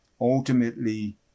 ultimately